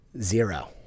zero